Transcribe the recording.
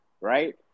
right